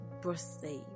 birthday